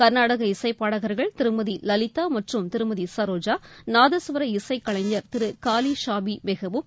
கர்நாடக இசைப்பாடகர்கள் திருமதி லலிதா மற்றும் திருமதி சரோஜா நாதஸ்வர இசைக் கலைஞர் திரு காலீ ஷாபி மெகபூப்